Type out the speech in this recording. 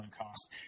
cost